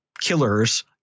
killers